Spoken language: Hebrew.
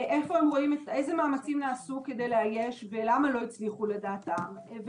אילו מאמצים נעשו כדי לאייש ולמה לדעתם לא הצליחו,